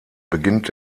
beginnt